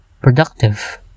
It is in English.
productive